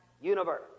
Universe